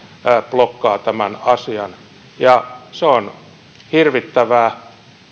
blokkaa tämän asian ja se on hirvittävää